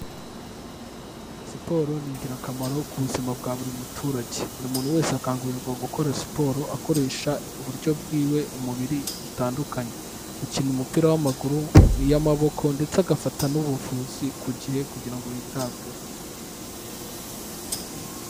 Siporo ni ingirakamaro ku buzima bwa buri muturage, buri muntu wese akangurirwa gukora siporo akoresha uburyo bwiwe umubiri butandukanye, gukina umupira w'amaguru, iy'amaboko ndetse agafata n'ubuvuzi ku gihe kugira ngo yitabweho.